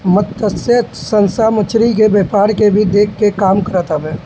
मतस्य संस्था मछरी के व्यापार के भी देखे के काम करत हवे